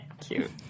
Cute